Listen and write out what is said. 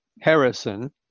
Harrison